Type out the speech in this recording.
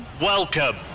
welcome